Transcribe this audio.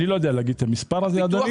אני לא יודע להגיד את המספר הזה, אדוני.